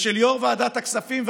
ושל יושב-ראש ועדת הכספים.